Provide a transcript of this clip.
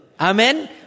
Amen